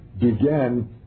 began